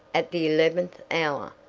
at the eleventh hour!